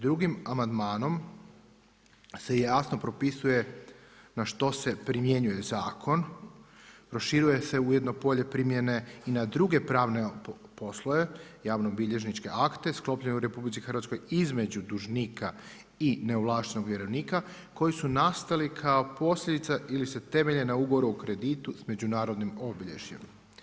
Drugim amandmanom se jasno propisuje na što se primjenjuje zakon, proširuje se ujedno polje primjene i na druge pravne poslove javno-bilježničke akte sklopljene u RH između dužnika i neovlaštenog vjerovnika koji su nastali kao posljedica ili se temelje na ugovoru o kreditu s međunarodnim obilježjem.